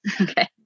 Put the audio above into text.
Okay